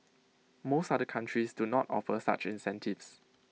most other countries do not offer such incentives